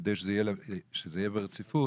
כדי שזה יהיה ברציפות